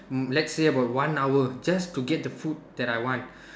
let's say about one hour just to get the food that I want